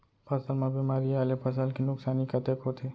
फसल म बेमारी आए ले फसल के नुकसानी कतेक होथे?